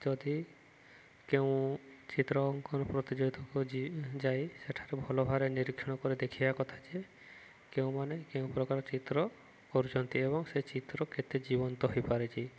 ଯଦି କେଉଁ ଚିତ୍ର ଅଙ୍କନ ପ୍ରତିଯୋଗିତାକୁ ଯାଇ ସେଠାରେ ଭଲ ଭାବରେ ନିରୀକ୍ଷଣ କରି ଦେଖିବା କଥା ଯେ କେଉଁମାନେ କେଉଁ ପ୍ରକାର ଚିତ୍ର କରୁଛନ୍ତି ଏବଂ ସେ ଚିତ୍ର କେତେ ଜୀବନ୍ତ ହେଇପାରିଛି